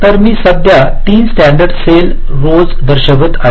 तर मी सध्या 3 स्टॅण्डर्ड सेल रोज दर्शवित आहे